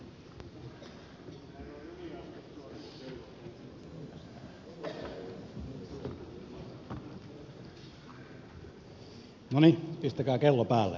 no niin pistäkää kello päälle